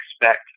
expect